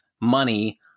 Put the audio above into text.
money